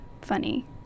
funny